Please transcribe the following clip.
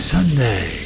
Sunday